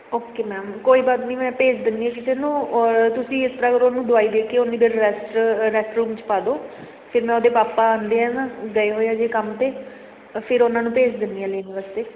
okay ma'am ਕੋਈ ਬਾਤ ਨਹੀਂ ਮੈਂ ਭੇਜ ਦਿੰਦੀ ਏ ਕਿਸੇ ਨੂੰ ਔਰ ਤੁਸੀਂ ਇਸ ਤਰ੍ਹਾਂ ਕਰੋ ਇਹਨੂੰ ਦਵਾਈ ਦੇ ਕੇ ਓਨੀ ਦੇਰ ਰੈਸਟ ਰੈਸਟ ਰੂਮ 'ਚ ਪਾ ਦਿਉ ਫਿਰ ਮੈਂ ਉਹਦੇ ਪਾਪਾ ਆਉਂਦੇ ਹੈ ਨਾ ਗਏ ਹੋਏ ਆ ਜੇ ਕੰਮ 'ਤੇ ਤਾਂ ਫਿਰ ਉਹਨਾਂ ਨੂੰ ਭੇਜ ਦਿੰਦੀ ਹਾਂ ਲੈਣ ਵਾਸਤੇ